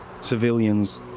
civilians